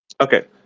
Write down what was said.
Okay